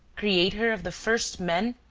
creator of the first men?